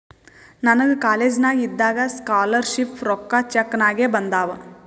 ನನಗ ಕಾಲೇಜ್ನಾಗ್ ಇದ್ದಾಗ ಸ್ಕಾಲರ್ ಶಿಪ್ ರೊಕ್ಕಾ ಚೆಕ್ ನಾಗೆ ಬಂದಾವ್